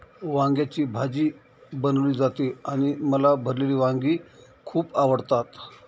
वांग्याची भाजी बनवली जाते आणि मला भरलेली वांगी खूप आवडतात